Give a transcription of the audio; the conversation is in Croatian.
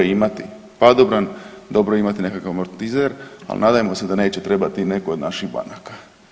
je imati padobran, dobro je imati nekakav amortizer, ali nadajmo se da neće trebati nekoj od naših banaka.